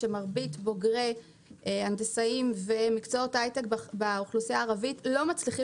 שמרבית בוגרי הנדסים ומקצועות ההייטק באוכלוסייה הערבית לא מצליחים